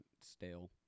stale